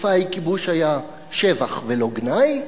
בתקופה ההיא כיבוש היה שבח ולא גנאי,